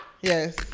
Yes